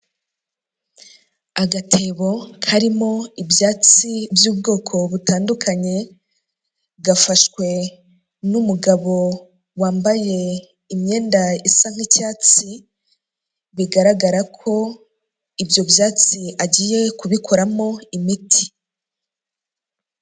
Agatebo karimo ibyatsi by'ubwoko butandukanye gafashwe n'umugabo wambaye imyenda isa nk'icyatsi bigaragara ko ibyo byatsi agiye kubikoramo imiti.